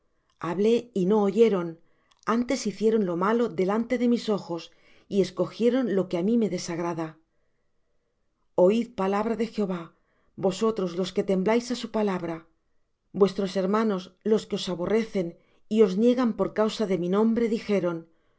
hablé y no oyeron antes hicieron lo malo delante de mis ojos y escogieron lo que á mí desagrada oid palabra de jehová vosotros los que tembláis á su palabra vuestros hermanos los que os aborrecen y os niegan por causa de mi nombre dijeron